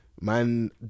Man